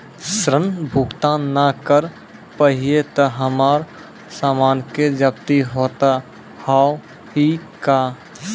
ऋण भुगतान ना करऽ पहिए तह हमर समान के जब्ती होता हाव हई का?